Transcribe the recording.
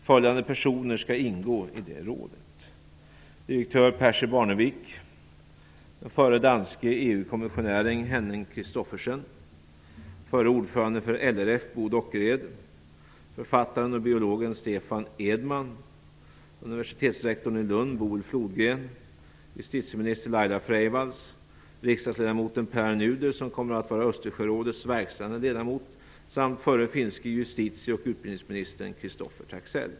Följande personer skall ingå i det rådet: Direktör Percy Barnevik, den förre danske Boel Flodgren, justitieminister Laila Freivalds, riksdagsledamoten Pär Nuder som kommer att vara Östersjörådets verkställande ledamot samt förre finske justitie och utbildningsministern Christoffer Taxell.